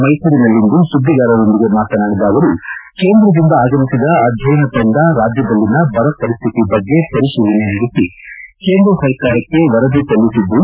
ಮೈಸೂರಿನಲ್ಲಿಂದು ಸುದ್ದಿಗಾರರೊಂದಿಗೆ ಮಾತನಾಡಿದ ಅವರುಕೇಂದ್ರದಿಂದ ಆಗಮಿಸಿದ ಅಧ್ಯಯನ ತಂಡ ರಾಜ್ಯದಲ್ಲಿನ ಬರ ಪರಿಸ್ಥಿತಿ ಬಗ್ಗೆ ಪರಿತೀಲನೆ ನಡೆಸಿ ಕೇಂದ್ರಸರ್ಕಾರಕ್ಷೆ ವರದಿ ಸಲ್ಲಿಸಿದ್ದು